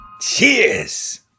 Cheers